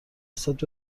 نسبت